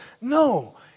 no